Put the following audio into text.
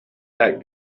that